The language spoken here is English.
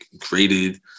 created